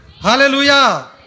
Hallelujah